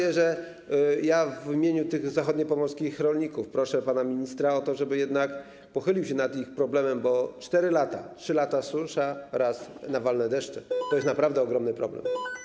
Ja w imieniu tych zachodniopomorskich rolników proszę pana ministra o to, żeby jednak pochylił się pan nad ich problemem, bo 4 lata - 3 lata susza, rok nawalne deszcze - to jest naprawdę ogromny problem.